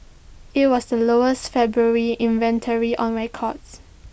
IT was the lowest February inventory on record